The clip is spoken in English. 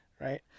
right